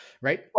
right